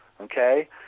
okay